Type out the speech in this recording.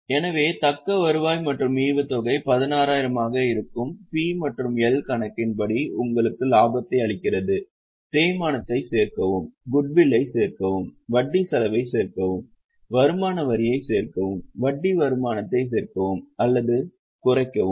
எனவே தக்க வருவாய் மற்றும் ஈவுத்தொகை 16000 ஆக இருக்கும் P மற்றும் L கணக்கின் படி உங்களுக்கு லாபத்தை அளிக்கிறது தேய்மானத்தைச் சேர்க்கவும் குட்வில்லை சேர்க்கவும் வட்டி செலவைச் சேர்க்கவும் வருமான வரியைச் சேர்க்கவும் வட்டி வருமானத்தை சேர்க்கவும் அல்லது குறைக்கவும்